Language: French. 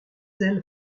ailes